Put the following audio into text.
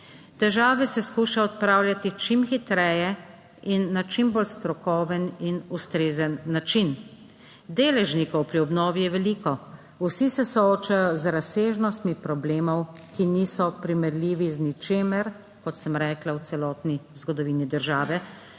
Težave se skuša odpravljati čim hitreje in na čim bolj strokoven in ustrezen način. Deležnikov pri obnovi je veliko, vsi se soočajo z razsežnostmi problemov, ki niso primerljivi z ničemer, kot sem rekla, 19. TRAK (VI)